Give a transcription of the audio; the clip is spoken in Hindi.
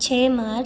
छः मार्च